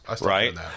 right